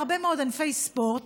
בהרבה מאוד ענפי ספורט,